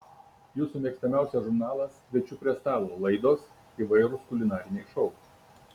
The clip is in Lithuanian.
jūsų mėgstamiausias žurnalas kviečiu prie stalo laidos įvairūs kulinariniai šou